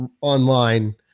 online